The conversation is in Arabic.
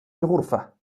الغرفة